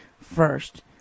first